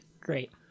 great